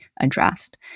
addressed